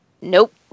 nope